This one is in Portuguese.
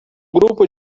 grupo